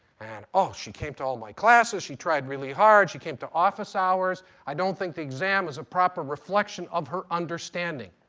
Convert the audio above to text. and, oh, she came to all my classes, she tried really hard, she came to office hours. i don't think the exam is a proper reflection of her understanding.